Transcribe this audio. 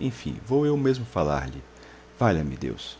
enfim vou eu mesmo falar-lhe valha-me deus